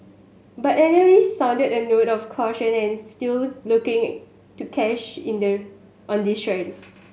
but analyst sounded a note of caution and still looking it to cash in there on this trend